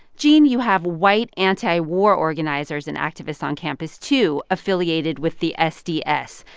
gene, you have white anti-war organizers and activists on campus, too, affiliated with the sds,